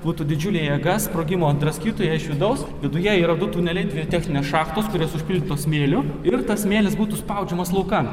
būtų didžiulė jėga sprogimo draskytų ją iš vidaus viduje yra du tuneliai dvi techninės šachtos kurios užpildytos smėliu ir tas smėlis būtų spaudžiamas laukan